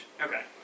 Okay